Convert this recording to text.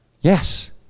Yes